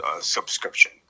subscription